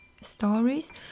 stories